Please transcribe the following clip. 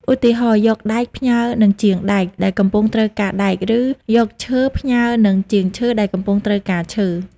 ឧទាហរណ៍ យកដែក ផ្ញើនឹងជាងដែក ដែលកំពុងត្រូវការដែក ឬយកឈើ ផ្ញើនឹងជាងឈើ ដែលកំពុងត្រូវការឈើ។